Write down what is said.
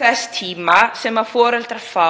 þess tíma sem foreldrar fá